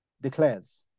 declares